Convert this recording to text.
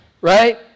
right